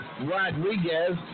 Rodriguez